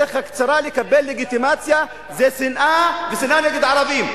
הדרך הקצרה לקבל לגיטימציה זה שנאה ושנאה נגד ערבים.